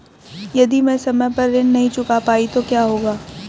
यदि मैं समय पर ऋण नहीं चुका पाई तो क्या होगा?